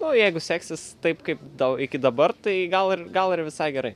o jeigu seksis taip kaip iki dabar tai gal gal ir visai gerai